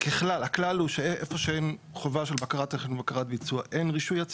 ככלל הכלל הוא איפה שאין חובה של בקרת תכן ובקרת ביצוע אין רישוי.